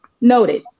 noted